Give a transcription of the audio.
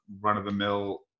run-of-the-mill